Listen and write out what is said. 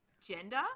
gender